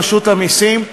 רשות המסים,